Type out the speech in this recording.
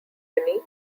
unique